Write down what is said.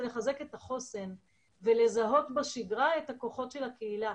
לחזק את החוסן ולזהות בשגרה את הכוחות של הקהילה.